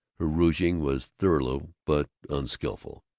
her rouging was thorough but unskilful.